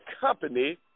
company